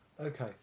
okay